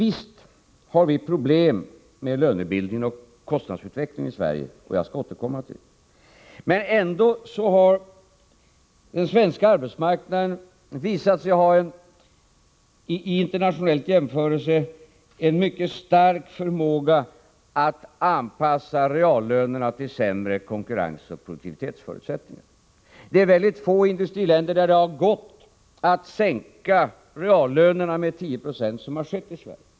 Visst har vi problem med lönebildningen och kostnadsutvecklingen i Sverige, och jag skall återkomma till det. Men ändå har den svenska arbetsmarknaden visat sig ha en i internationell jämförelse mycket stark förmåga att anpassa reallönerna till sämre konkurrensoch produktivitetsförutsättningar. Det är i mycket få industriländer som det har gått att sänka reallönerna med 10 96, som har skett i Sverige.